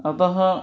अतः